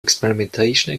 experimentation